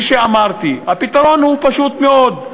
כפי שאמרתי, הפתרון הוא פשוט מאוד.